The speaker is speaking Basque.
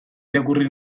irakurri